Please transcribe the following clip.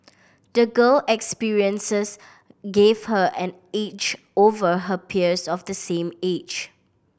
the girl experiences gave her an edge over her peers of the same age